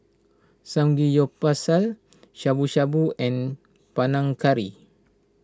Samgeyopsal Shabu Shabu and Panang Curry